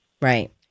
right